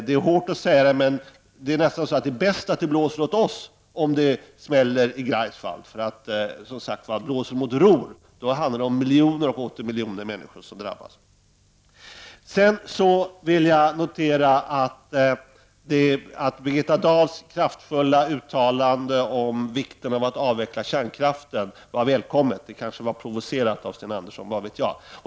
Det är hårt att säga det, men det är nästan bättre att det blåser åt vårt håll om det smäller i Greifswald. Blåser det mot Ruhr handlar det om miljoner och åter miljoner människor som drabbas. Jag vill också notera att Birgitta Dahls kraftfulla uttalande om vikten av att avveckla kärnkraften var välkommet. Det kanske var provocerat av Sten Andersson, vad vet jag.